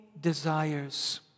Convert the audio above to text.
desires